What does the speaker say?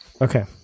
Okay